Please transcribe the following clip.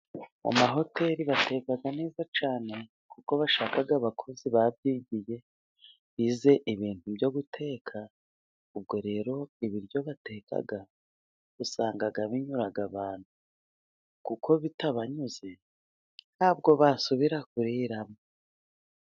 Mu mahoteri bateka neza cyane, kuko bashaka abakozi babyigiye, bize ibintu byo guteka, ubwo rero ibiryo bateka usanga binyura abantu, kuko bitabanyuze ntabwo basubira kuriramo.